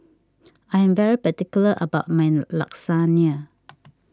I am very particular about my Lasagna